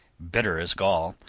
bitter as gall,